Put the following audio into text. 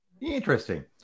Interesting